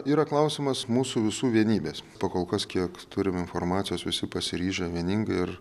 yra klausimas mūsų visų vienybės pakol kas kiek turim informacijos visi pasiryžę vieningai ir